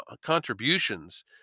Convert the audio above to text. contributions